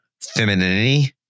femininity